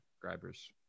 subscribers